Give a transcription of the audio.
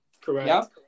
Correct